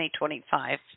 2025